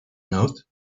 note